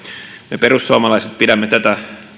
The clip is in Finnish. me perussuomalaiset pidämme tätä